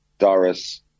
Doris